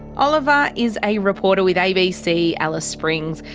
oliver is a reporter with abc alice springs.